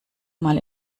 mal